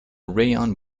rayon